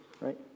right